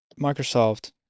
Microsoft